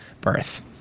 birth